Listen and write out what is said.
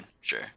sure